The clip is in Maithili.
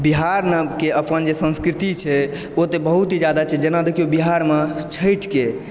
बिहार न के अपन जे संस्कृति छै ओ तऽ बहुत ही जादा छै जेना दखिऔ बिहारमे छठिके